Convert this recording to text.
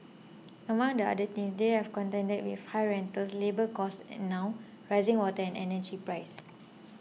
among the other things they have contend with high rentals labour costs and now rising water and energy prices